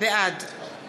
בעד